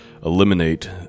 Eliminate